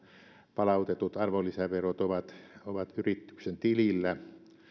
palautetut arvonlisäverot ovat ovat yrityksen tilillä